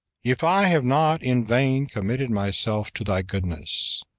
if i have not in vain committed myself to thy goodness,